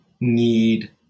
need